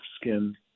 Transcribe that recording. skin